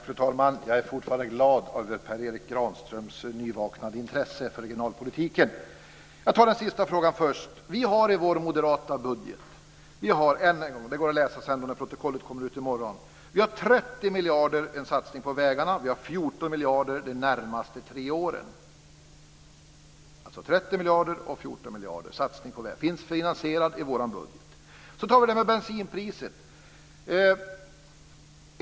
Fru talman! Jag är fortfarande glad över Per Erik Jag tar den sista frågan först. Vi har i vår moderata budget - det går att läsa när protokollet kommer ut i morgon - en satsning på vägarna med 30 miljarder, 14 miljarder de närmaste tre åren. Detta finns finansierat i vår budget. Sedan tar vi detta med bensinpriset.